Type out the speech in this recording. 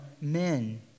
men